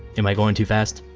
am i going too fast?